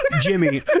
jimmy